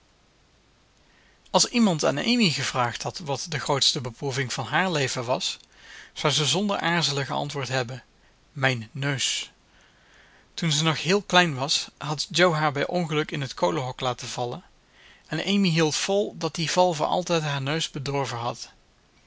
als iemand aan amy gevraagd had wat de grootste beproeving van haar leven was zou ze zonder aarzelen geantwoord hebben mijn neus toen ze nog heel klein was had jo haar bij ongeluk in het kolenhok laten vallen en amy hield vol dat die val voor altijd haar neus bedorven had